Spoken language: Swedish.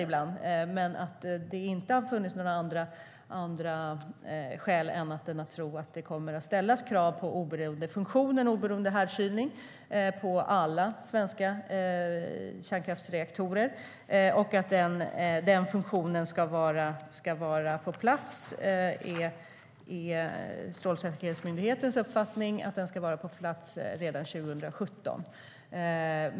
Det har inte funnits anledning att tro annat än att det kommer att ställas krav på oberoende funktion, oberoende härdkylning, på alla svenska kärnkraftsreaktorer. Strålsäkerhetsmyndighetens uppfattning är att den funktionen ska vara på plats redan 2017.